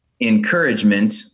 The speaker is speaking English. encouragement